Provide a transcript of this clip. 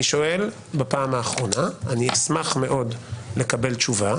בפעם האחרונה אשאל אשמח לקבל תשובה